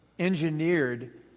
engineered